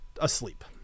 asleep